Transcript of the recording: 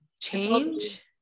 change